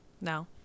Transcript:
No